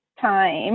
time